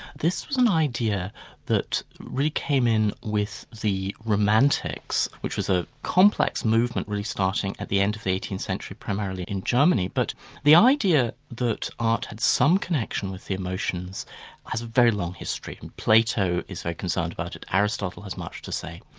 this was an idea that really came in with the romantics, which was a complex movement really starting at the and eighteenth century, primarily in germany. but the idea that art had some connection with the emotions has a very long history and plato is like concerned about it aristotle has much to say.